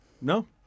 No